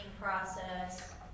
process